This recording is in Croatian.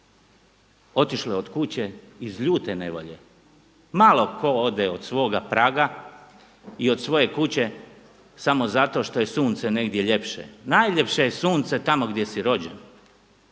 otišle od kuće iz ljute nevolje. Malo tko ode od svoga praga i od svoje kuće samo zato što je sunce negdje ljepše. Najljepše je sunce tamo gdje si rođen.